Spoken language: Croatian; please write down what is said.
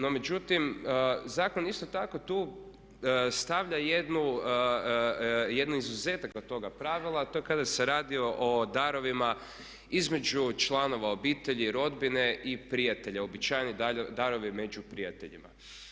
No, međutim zakon isto tako tu stavlja jedan izuzetak od toga pravila a to je kada se radi o darovima između članova obitelji, rodbine i prijatelja, uobičajeni darovi među prijateljima.